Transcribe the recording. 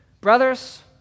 Brothers